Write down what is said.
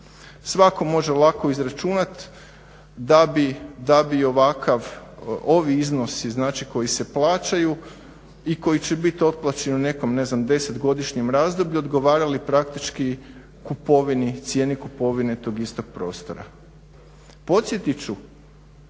Svako može lako izračunat da bi ovakav, ovi iznosi znači koji se plaćaju i koji će biti otplaćeni u nekom 10 godišnjem razdoblju odgovarali praktički kupovini, cijeni kupovine tog istog prostora. Podsjetit